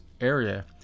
area